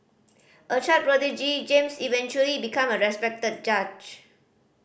a child prodigy James eventually became a respected judge